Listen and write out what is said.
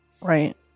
Right